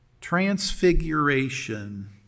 Transfiguration